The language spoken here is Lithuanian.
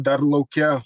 dar lauke